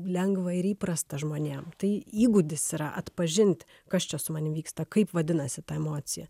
lengva ir įprasta žmonėm tai įgūdis yra atpažinti kas čia su manim vyksta kaip vadinasi ta emocija